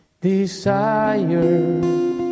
desire